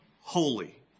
holy